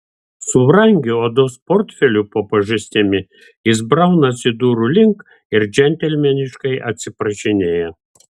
su brangiu odos portfeliu po pažastim jis braunasi durų link ir džentelmeniškai atsiprašinėja